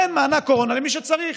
תן מענק קורונה למי שצריך.